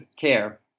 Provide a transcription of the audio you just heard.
care